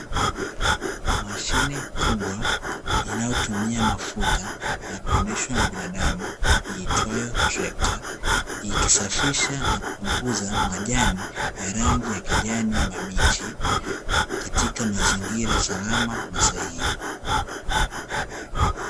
Mashine kubwa inayotumia mafuta na kuendeshwa na binadamu, iitwayo trekta, ikisafisha na kupunguza majani ya rangi ya kijani mabichi, katika mazingira salama na sahihi.